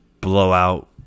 blowout